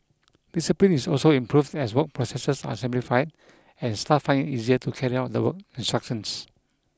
discipline is also improved as work processes are simplified and staff find it easier to carry out the work instructions